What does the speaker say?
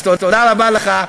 אז תודה רבה לך,